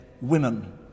women